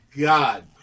God